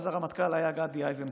אז הרמטכ"ל היה גדי איזנקוט,